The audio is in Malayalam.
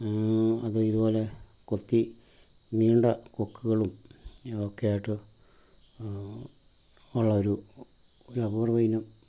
അത് ഇതുപോലെ കൊത്തി നീണ്ട കൊക്കുകളും ഒക്കെയായിട്ട് ഉള്ള ഒരു ഒരു അപൂർവ്വയിനം